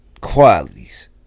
qualities